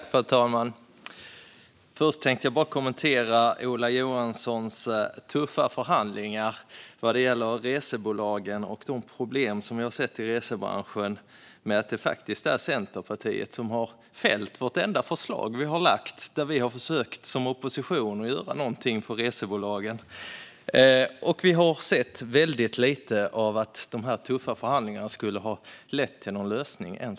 Fru talman! Först vill jag kommentera Ola Johanssons tuffa förhandlingar vad gäller resebolagen och problemen i resebranschen. Det är faktiskt Centerpartiet som har fällt vartenda förslag som vi har lagt fram och där vi som opposition har försökt göra någonting för resebolagen. Än så länge har vi sett väldigt lite av att de tuffa förhandlingarna skulle ha lett till någon lösning.